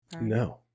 No